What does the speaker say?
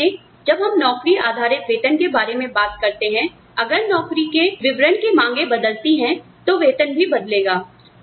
इस मामले में जब हम नौकरी आधारित वेतन के बारे में बात करते हैं अगर नौकरी के विवरण की मांगे बदलती हैं तो वेतन भी बदलेगा